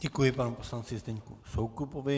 Děkuji panu poslanci Zdeňku Soukupovi.